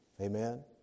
Amen